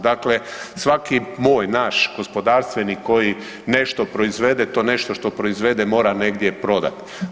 Dakle svaki moj, naš gospodarstvenik koji nešto proizvode, to nešto što proizvode mora negdje prodati.